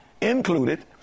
included